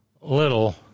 little